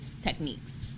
techniques